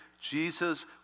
Jesus